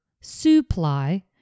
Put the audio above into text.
supply